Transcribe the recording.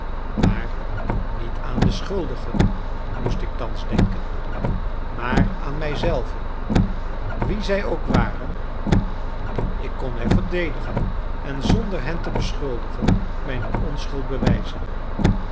maar niet aan de schuldigen moest ik thans denken maar aan mij zelven wie zij ook waren ik kon mij verdedigen en zonder hen te beschuldigen mijne onschuld bewijzen